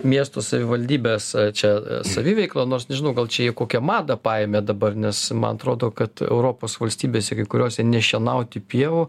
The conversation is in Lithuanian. miesto savivaldybės čia saviveikla nors nežinau gal čia jie kokią madą paėmė dabar nes man atrodo kad europos valstybėse kuriose nešienauti pievų